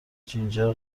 جینجر